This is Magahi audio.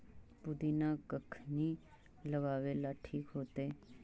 पुदिना कखिनी लगावेला ठिक होतइ?